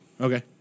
Okay